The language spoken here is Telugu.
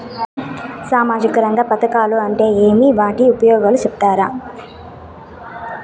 సామాజిక రంగ పథకాలు అంటే ఏమి? వాటి ఉపయోగాలు సెప్తారా?